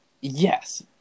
Yes